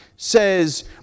Says